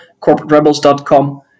corporaterebels.com